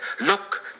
Look